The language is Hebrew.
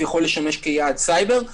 לשמש כיעד סייבר.